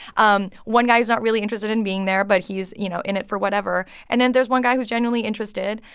um one guy who's not really interested in being there, but he's, you know, in it for whatever, and then there's one guy who's genuinely interested.